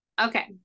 Okay